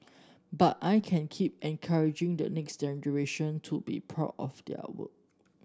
but I can keep encouraging the next generation to be proud of their work